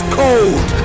cold